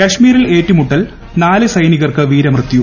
കശ്മീരിൽ ഏറ്റുമുട്ടൽ നാല് സൈനീകർക്ക് വീരമൃത്യു